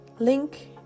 link